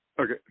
Okay